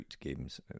games